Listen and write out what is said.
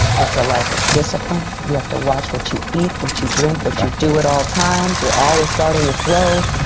it's a life of discipline. you have to watch what you eat, what you drink, what you do at all times. exactly. you're always guarding the throat.